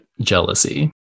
jealousy